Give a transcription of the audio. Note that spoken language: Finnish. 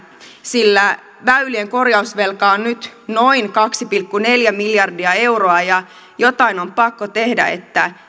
sillä väylien korjausvelka on nyt noin kaksi pilkku neljä miljardia euroa ja jotain on pakko tehdä että